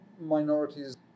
minorities